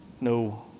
No